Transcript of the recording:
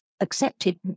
accepted